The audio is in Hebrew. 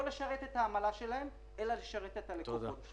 לשרת את העמלה שלהם אלא לשרת את הלקוחות,